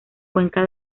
cuenca